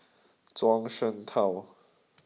Zhuang Shengtao